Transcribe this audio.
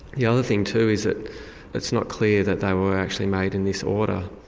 the other thing too is that it's not clear that they were actually made in this order.